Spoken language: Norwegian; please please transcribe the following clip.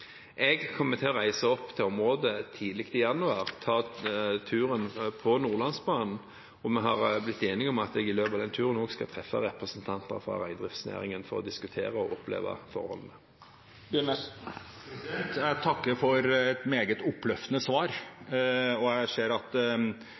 Jeg kommer til å reise opp til området tidlig i januar og ta turen på Nordlandsbanen, og vi har blitt enige om at jeg på den turen også skal treffe representanter fra reindriftsnæringen for å diskutere – og oppleve – forholdene. Jeg takker for et meget oppløftende svar,